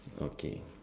okay